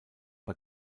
bei